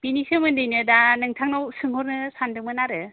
बेनि सोमोन्दैनो दा नोंथांनाव सोंहरनो सानदोंमोन आरो